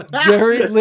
Jerry